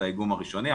את האיגום הראשוני,